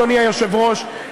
אדוני היושב-ראש,